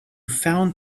found